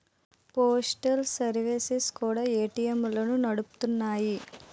postal services కూడా ఏటీఎంలను నడుపుతున్నాయి